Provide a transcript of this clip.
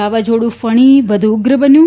વાવાઝોડું ફણી વધુ ઉગ્ર બન્યુ